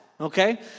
Okay